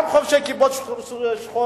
גם חובשי כיפות שחורות,